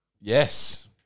Yes